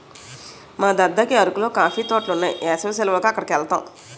మా దద్దకి అరకులో కాఫీ తోటలున్నాయి ఏసవి సెలవులకి అక్కడికెలతాము